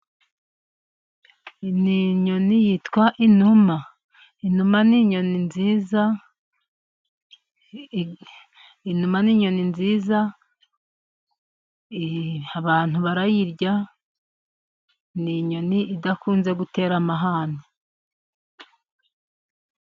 Ni inyoni yitwa inuma. Inuma ni inyoni nziza. Inuma ni inyoni nziza, abantu barayirya. Ni inyoni idakunze gutera amahane.